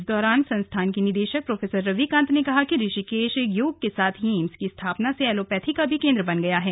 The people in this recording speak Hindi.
इस दौरान संस्थान के निदेशक प्रोफेसर रवि कांत ने कहा कि ऋषिकेश योग के साथ ही एम्स की स्थापना से एलोपैथी का भी केंद्र बन गया है